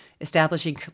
establishing